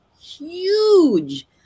huge